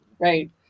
right